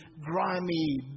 grimy